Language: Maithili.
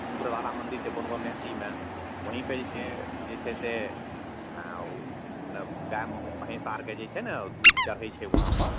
उग्रतारा मन्दिर छै बनगाँव महिषीमे वहीँपर जे छै जे छै से गाइ भैँस आओरके जे छै ने दूध चढ़ै छै वहाँपर